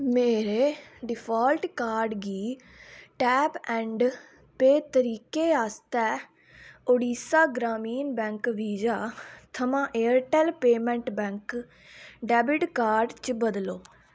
मेरे default card गी tap and pay तरीके आस्तै ओडिसा ग्राम्य बैंक वीज़ा थमां Airtel payment bank debit card च बदलो